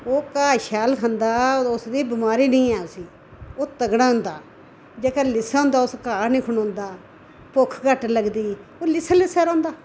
ओह् घाऽ शैल खन्दा उसी बमारी नेईं ऐ उसी ओह् तगड़ा होंदा जेह्का लिस्सा होंदा उस घाऽ नेईं खलोंदा भुक्ख घट्ट लगदी ओह् लिस्सा लिस्सा रौहंदा